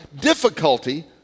Difficulty